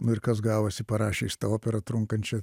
nu ir kas gavosi parašė jis tą operą trunkančią